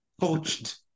poached